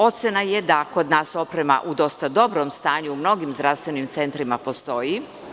Ocena da je kod nas oprema u dosta dobrom stanju u mnogim zdravstvenim centrima postoji.